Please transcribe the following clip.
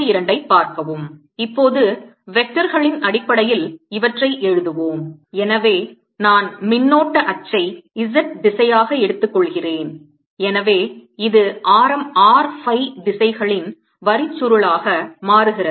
இப்போது வெக்டார்களின் அடிப்படையில் இவற்றை எழுதுவோம் எனவே நான் மின்னோட்ட அச்சை z திசையாக எடுத்துக் கொள்கிறேன் எனவே இது ஆரம் R phi திசைகளின் வரிச்சுருளாக மாறுகிறது